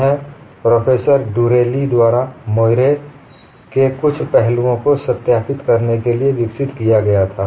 यह professor Durelli द्वारा moire moiré के कुछ पहलुओं को सत्यापित करने के लिए विकसित किया गया था